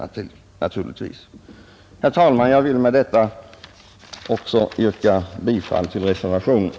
Herr talman! Jag vill med detta yrka bifall till reservationen.